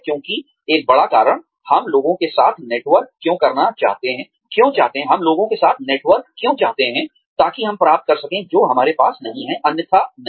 क्योंकि एक बड़ा कारण हम लोगों के साथ नेटवर्क क्यों चाहते हैं ताकि हम प्राप्त कर सकें जो हमारे पास नहीं है अन्यथा नहीं